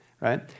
right